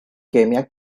kemia